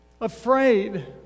afraid